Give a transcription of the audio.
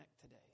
today